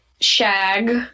shag